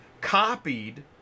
copied